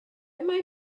mae